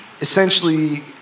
essentially